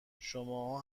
شما